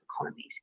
economies